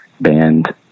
band